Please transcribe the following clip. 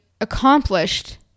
accomplished